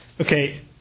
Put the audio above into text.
Okay